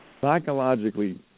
psychologically